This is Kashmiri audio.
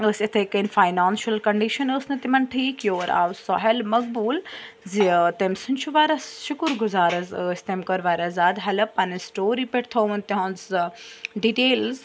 ٲس یِتھَے کٔنۍ فاینانشَل کَنڈِشَن ٲس نہٕ تِمَن ٹھیٖک یور آو سُہیل مقبوٗل زِ تٔمۍ سُنٛد چھُ واریاہ شُکُر گُزار حظ ٲسۍ تٔمۍ کٔر واریاہ زیادٕ ہٮ۪لٕپ پَنٛنہِ سٕٹوری پٮ۪ٹھ تھووُن تِہٕنٛز ڈِٹیلٕز